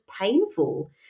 painful